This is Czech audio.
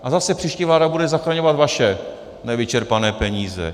A zase příští vláda bude zachraňovat vaše nevyčerpané peníze.